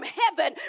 heaven